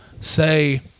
say